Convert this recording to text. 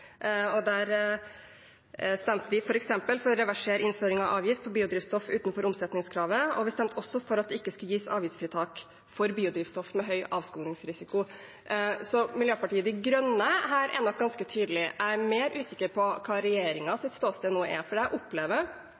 Der stemte vi f.eks. for å reversere innføringen av avgift på biodrivstoff utenfor omsetningskravet, og vi stemte for at det ikke skulle gis avgiftsfritak for biodrivstoff med høy avskogingsrisiko. Så Miljøpartiet De Grønne er ganske tydelige. Jeg er mer usikker på hva regjeringens ståsted nå er, for jeg opplever